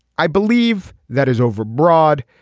i believe that is overbroad.